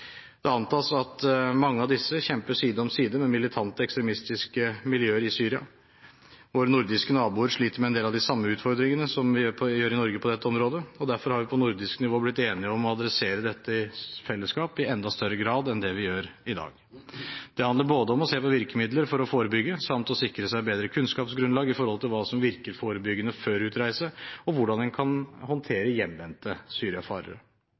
Det antas at mange av disse kjemper side om side med militante ekstremistiske miljøer i Syria. Våre nordiske naboer sliter med en del av de samme utfordringene som vi gjør i Norge på dette området. Derfor har vi på nordisk nivå blitt enige om å adressere dette i fellesskap i enda større grad enn det vi gjør i dag. Det handler både om å se på virkemidler for å forebygge samt om å sikre seg bedre kunnskapsgrunnlag om hva som virker forebyggende før utreise, og hvordan en kan håndtere hjemvendte syriafarere.